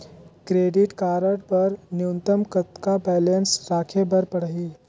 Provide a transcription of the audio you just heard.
Credit card बर न्यूनतम कतका बैलेंस राखे बर पड़ही?